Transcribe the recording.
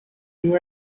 you